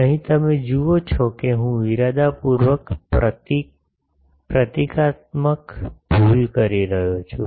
અહીં તમે જુઓ છો કે હું ઇરાદાપૂર્વક પ્રતીકાત્મક ભૂલ કરી રહ્યો છું